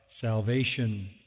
salvation